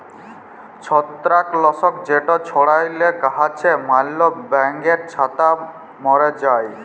ছত্রাক লাসক যেট ছড়াইলে গাহাচে ম্যালা ব্যাঙের ছাতা ম্যরে যায়